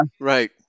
Right